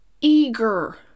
eager